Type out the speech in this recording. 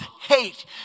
hate